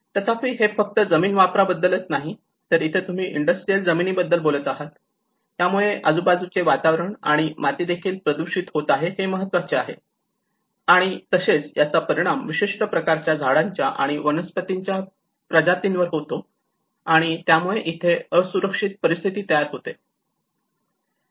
तथापि हे फक्त जमीन वापरा बद्दलच नाही तर इथे तुम्ही इंडस्ट्रीयल जमिनीबद्दल बोलत आहात यामुळे आजुबाजूचे वातावरण आणि माती देखील प्रदूषित होत आहे हे महत्वाचे आहे आणि तसेच याचा परिणाम विशिष्ट प्रकारच्या झाडांच्या आणि वनस्पतींच्या प्रजातींवर होतो आणि त्यामुळे इथे असुरक्षित परिस्थिती तयार होते